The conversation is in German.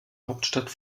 hauptstadt